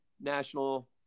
national